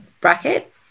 bracket